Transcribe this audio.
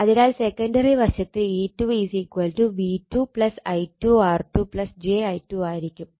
അതിനാൽ സെക്കണ്ടറി വശത്ത് E2 V2 I2 R2 j I2 ആയിരിക്കും